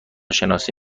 شناسی